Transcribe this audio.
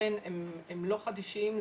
אכן הם לא חדישים,